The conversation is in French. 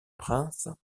prince